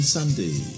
Sunday